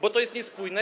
Bo to jest niespójne.